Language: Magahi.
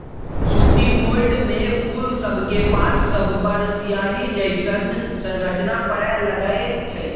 सूटी मोल्ड में फूल सभके पात सभपर सियाहि जइसन्न संरचना परै लगैए छइ